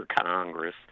Congress